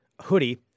hoodie